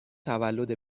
تولد